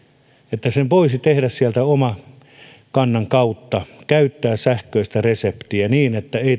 että sen voisi tehdä sieltä omakannan kautta käyttää sähköistä reseptiä niin että ei